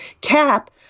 cap